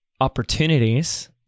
opportunities